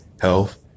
health